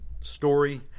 story